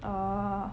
orh